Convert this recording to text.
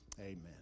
Amen